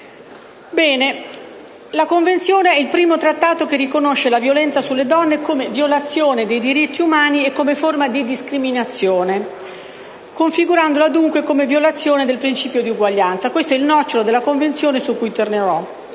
La Convenzione è il primo trattato che riconosce la violenza sulle donne come violazione dei diritti umani e come forma di discriminazione, configurandola dunque come violazione del principio di uguaglianza. Questo è il nocciolo della Convenzione, su cui tornerò.